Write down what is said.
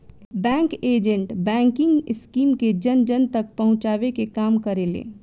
bank agent banking scheme के जन जन तक पहुंचावे के काम करेले